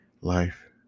life